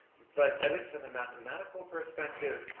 but at least from the mathematical perspective,